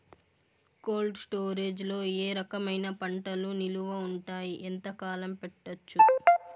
Cold storage లో ఏ రకమైన పంటలు నిలువ ఉంటాయి, ఎంతకాలం పెట్టొచ్చు?